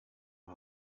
her